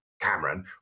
Cameron